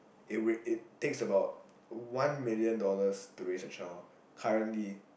eh wait it takes about one million dollars to raise a child currently